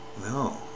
no